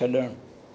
छॾणु